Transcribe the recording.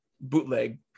bootleg